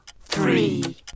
three